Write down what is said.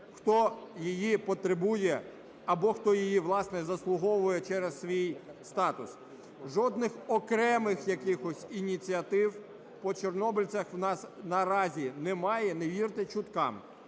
хто її потребує або хто її, власне, заслуговує через свій статус. Жодних окремих якихось ініціатив по чорнобильцях у нас наразі немає, не вірте чуткам.